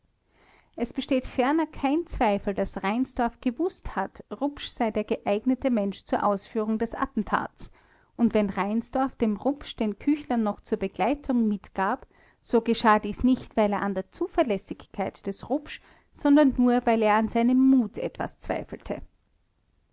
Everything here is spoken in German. es besteht ferner kein zweifel daß reinsdorf gewußt hat rupsch sei der geeignete mensch zur ausführung des attentats und wenn reinsdorf dem rupsch den küchler noch zur begleitung mitgab so geschah dies nicht weil er an der zuverlässigkeit des rupsch sondern nur weil er an seinem mut etwas zweifelte